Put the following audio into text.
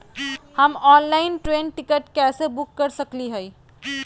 हम online train ticket कैसे book कर सकली हई?